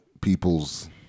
people's